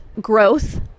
growth